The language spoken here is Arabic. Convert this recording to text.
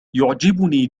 يعجبني